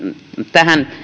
tähän